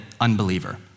unbeliever